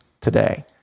today